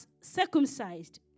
circumcised